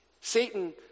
Satan